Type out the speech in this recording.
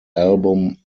album